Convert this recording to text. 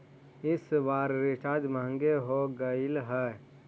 इस बार रिचार्ज महंगे हो गेलई हे